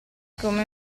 come